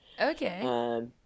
Okay